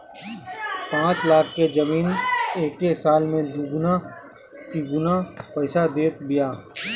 पाँच लाख के जमीन एके साल में दुगुना तिगुना पईसा देत बिया